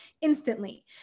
instantly